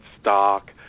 stock